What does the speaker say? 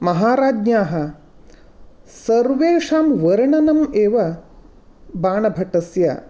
महाराज्ञ्याः सर्वेषां वर्णनम् एव बाणभट्टस्य